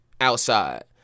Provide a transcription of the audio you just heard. outside